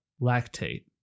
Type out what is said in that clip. lactate